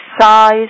size